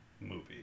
movie